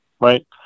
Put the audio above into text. right